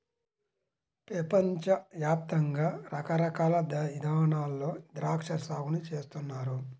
పెపంచ యాప్తంగా రకరకాల ఇదానాల్లో ద్రాక్షా సాగుని చేస్తున్నారు